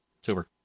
Super